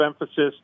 emphasis